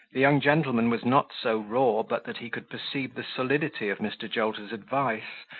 the young gentleman was not so raw, but that he could perceive the solidity of mr. jolter's advice,